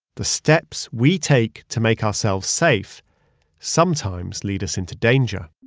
the steps we take to make ourselves safe sometimes lead us into danger